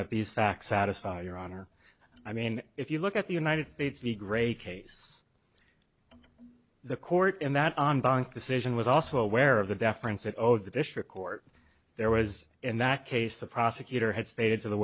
that these facts satisfy your honor i mean if you look at the united states v gray case the court in that on bank decision was also aware of the deference that owed the district court there was in that case the prosecutor had stated to the